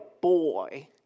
boy